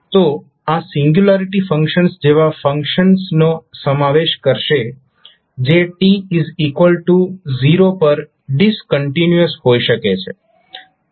તો આ singularity functions જેવા ફંક્શન્સનો સમાવેશ કરશે જે સમય t0 પર ડીસકન્ટિન્યુઅસ હોઈ શકે છે